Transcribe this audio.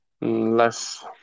less